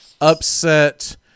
upset